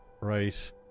right